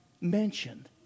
mentioned